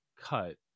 cut